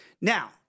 Now